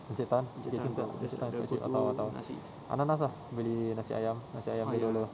encik tan encik tan atau atau ananas ah beli nasi ayam nasi ayam balado